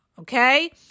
Okay